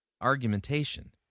argumentation